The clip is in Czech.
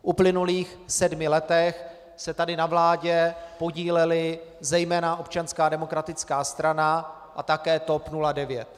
V uplynulých sedmi letech se tady na vládě podílela zejména Občanská demokratická strana a také TOP 09.